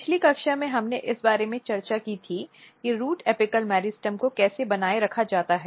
पिछली कक्षा में हमने इस बारे में चर्चा की थी कि रूट एपिकल मेरिस्टेम को कैसे बनाए रखा जाता है